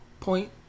point